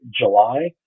July